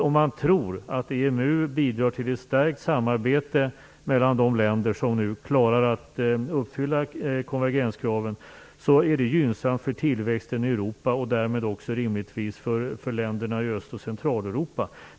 Om man tror att EMU bidrar till ett stärkt samarbete mellan de länder som klarar att uppfylla konvergenskraven är det gynnsamt för tillväxten i Europa, och därmed också rimligtvis för länderna i Öst och Centraleuropa.